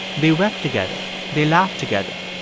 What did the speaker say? they wept together. they laughed together.